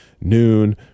noon